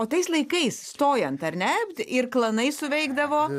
o tais laikais stojant ar ne ir klanai suveikdavo